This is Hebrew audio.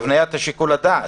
הבניית שיקול הדעת